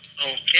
Okay